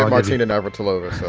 martina navratilova, so